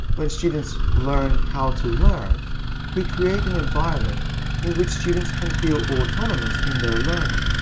when students learn how to learn we create an environment in which students can feel autonomous in their learning.